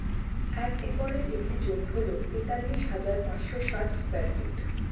এক একরের একটি জমি হল তেতাল্লিশ হাজার পাঁচশ ষাট স্কয়ার ফিট